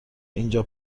اینجا